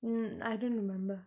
mm I don't remember